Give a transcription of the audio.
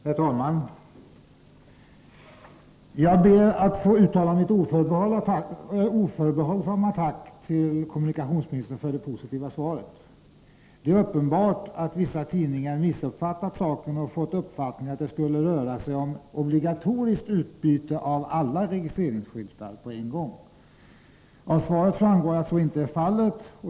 Herr talman! Jag ber att få uttala mitt oförbehållsamma tack till kommunikationsministern för det positiva svaret. Det är uppenbart att vissa tidningar missuppfattat saken och fått det intrycket att det skulle röra sig om ett obligatoriskt utbyte av alla registreringsskyltar på en gång. Av svaret framgår att så inte är fallet.